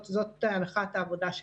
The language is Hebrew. הנחת העבודה,